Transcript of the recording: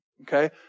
okay